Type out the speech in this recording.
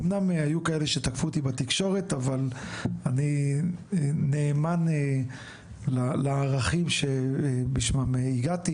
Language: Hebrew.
אמנם היו כאלה שתקפו אותי בתקשורת אבל אני נאמן לערכים שבשמם הגעתי